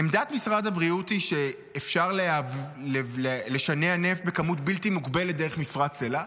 עמדת משרד הבריאות היא שאפשר לשנע נפט בכמות בלתי מוגבלת דרך מפרץ אילת?